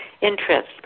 interest